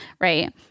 right